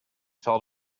felt